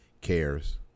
cares